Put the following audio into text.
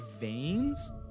veins